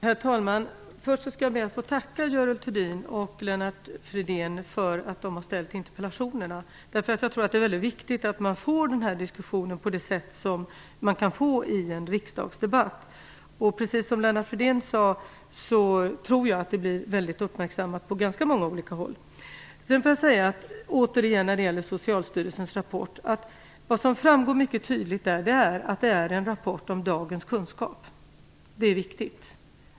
Herr talman! Först skall jag be att få tacka Görel Thurdin och Lennart Fridén för att de har ställt interpellationerna. Jag tror att det är väldigt viktigt att få den här diskussionen på det sätt man kan få i en riksdagsdebatt. Precis som Lennart Fridén sade tror jag att det blir väldigt uppmärksammat på ganska många olika håll. När det återigen gäller Socialstyrelsens rapport framgår det mycket tydligt att det är en rapport om dagens kunskap. Det är viktigt.